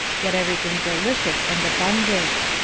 yet everything delicious and abundant.